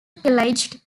pillaged